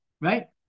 Right